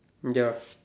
ya